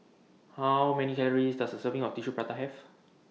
How Many Calories Does A Serving of Tissue Prata Have